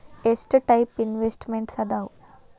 ಎಷ್ಟ types investments ಅದಾವ